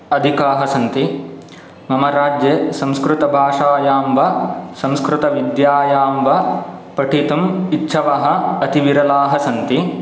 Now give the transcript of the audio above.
अधिकाः सन्ति मम राज्ये संस्कृतभाषायां वा संस्कृतविद्यायां वा पठितुम् इच्छवः अति विरलाः सन्ति